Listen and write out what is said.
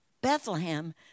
Bethlehem